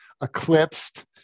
eclipsed